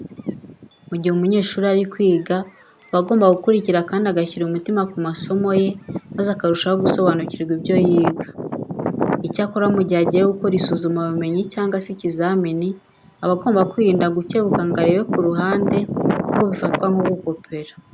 Mu gihe umunyeshuri ari kwiga aba agomba gukurikira kandi agashyira umutima ku masomo ye maze akarushaho gusobanukirwa ibyo yiga. Icyakora mu gihe agiye gukora isuzumabumenyi cyangwa se ikizamini aba agomba kwirinda gukebuka ngo arebe ku ruhande kuko bifatwa nko gukopera.